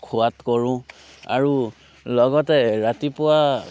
খোৱাত কৰোঁ আৰু লগতে ৰাতিপুৱা